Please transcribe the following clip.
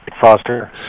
Foster